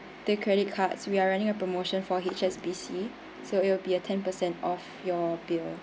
the credit cards we are running a promotion for H_S_B_C so it will be a ten percent off your bill